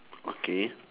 okay